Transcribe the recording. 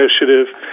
initiative